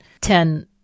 Ten